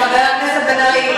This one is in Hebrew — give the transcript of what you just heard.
חבר הכנסת בן-ארי,